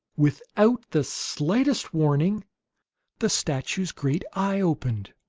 without the slightest warning the statue's great eye opened!